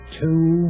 two